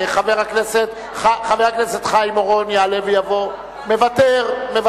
חבר הכנסת חיים אורון יעלה ויבוא, מוותר.